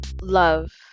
Love